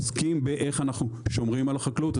עוסקים באיך אנחנו שומרים על החקלאות,